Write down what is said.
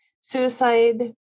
suicide